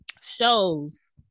shows